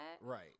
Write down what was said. Right